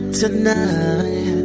tonight